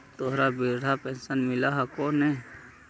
तोहरा वृद्धा पेंशन मिलहको ने?